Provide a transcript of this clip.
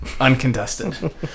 Uncontested